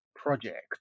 project